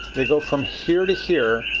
they go from here to here.